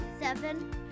Seven